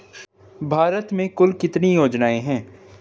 भारत में कुल कितनी योजनाएं हैं?